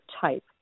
type